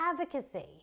advocacy